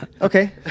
okay